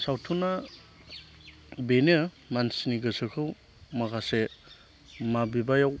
सावथुना बेनो मानसिनि गोसोखौ माखासे माबेबायाव